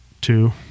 Two